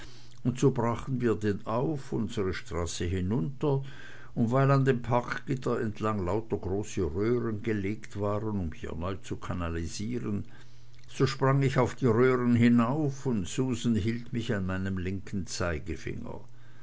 und so brachen wir denn auf unsre straße hinunter und weil an dem parkgitter entlang lauter große rohren gelegt waren um hier neu zu kanalisieren so sprang ich auf die röhren hinauf und susan hielt mich an meinem linken zeigefinger